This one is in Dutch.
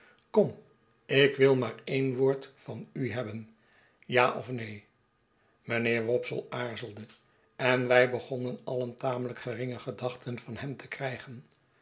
kom ik wil maar een woord van u hebben ja of neen mijnheer wopsle aarzelde en wij begonnen alien tamehjk geringe gedachten van uem te krijgen